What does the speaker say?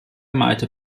malte